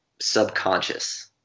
subconscious